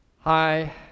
Hi